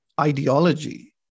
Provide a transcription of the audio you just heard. ideology